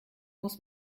muss